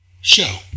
show